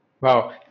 Wow